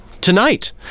tonight